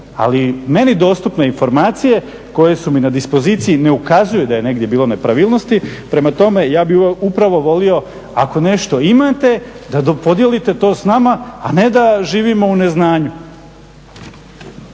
Ali meni dostupne informacije koje su mi na dispoziciji ne ukazuju da je negdje bilo nepravilnosti. Prema tome, ja bi upravo volio ako nešto imate da podijelite to s nama, a ne da živimo u neznanju.